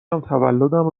تولدم